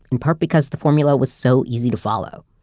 in part because the formula was so easy to follow.